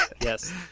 yes